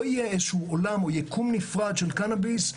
לא יהיה עולם או יקום נפרד של קנביס,